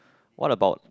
what about